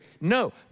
No